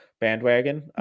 bandwagon